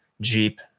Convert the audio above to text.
Jeep